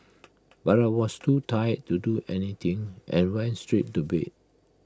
but I was too tired to do anything and went straight to bed